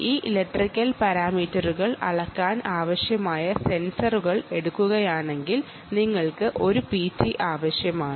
ഈ ഇലക്ട്രിക്കൽ പാരാമീറ്ററുകൾ അളക്കാൻ ആവശ്യമായ സെൻസറുകൾ എടുക്കുകയാണെങ്കിൽ നിങ്ങൾക്ക് ഒരു PT ആവശ്യമാണ്